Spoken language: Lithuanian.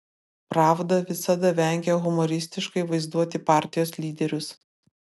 pravda visada vengė humoristiškai vaizduoti partijos lyderius